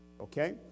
Okay